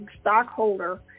stockholder